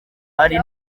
ari